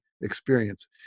experience